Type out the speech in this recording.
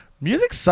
Music